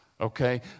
okay